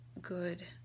good